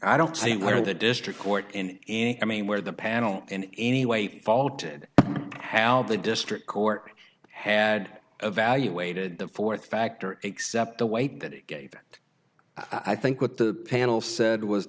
i don't see where the district court and any i mean where the panel in any way faulted how the district court had evaluated the fourth factor except the weight that it gave i think what the panel said was